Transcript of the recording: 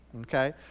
Okay